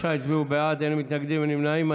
שלושה הצביעו בעד, אין מתנגדים, אין נמנעים.